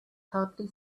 hardly